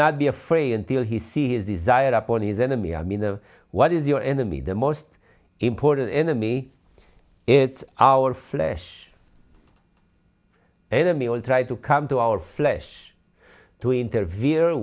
not be afraid until he see his desire upon his enemy i mean the what is your enemy the most important enemy it's our flesh enemy all tried to come to our flesh to intervene